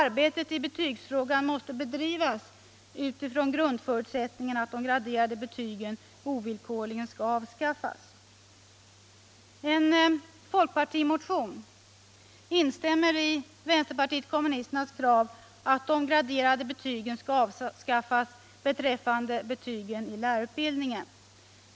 Arbetet med betygsfrågan måste bedrivas utifrån grundförutsättningen att de graderade betygen ovillkorligen skall avskaffas. En folkpartimotion instämmer beträffande lärarutbildningen i vpk:s krav att de graderade betygen skall avskaffas.